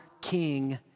king